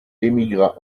émigra